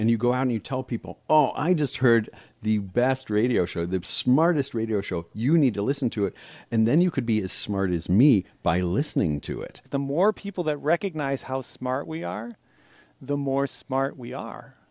and you go out and you tell people oh i just heard the best radio show the smartest radio show you need to listen to it and then you could be as smart as me by listening to it the more people that recognize how smart we are the more smart we are